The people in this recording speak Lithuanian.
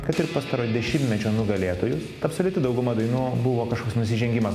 kad ir pastaro dešimtmečio nugalėtojus absoliuti dauguma dainų buvo kažkoks nusižengimas